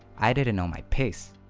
i didn't know my pace.